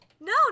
No